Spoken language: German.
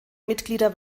mitglieder